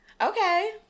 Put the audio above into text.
Okay